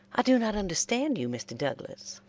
i do not understand you, mr. douglas.